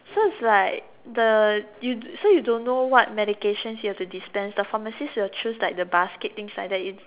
so is like the you so you don't know what medication you have to dispense the pharmacist will choose the basket and things like that you